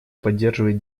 поддерживает